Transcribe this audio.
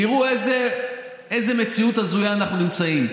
תראו באיזו מציאות הזויה אנחנו נמצאים.